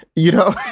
you know,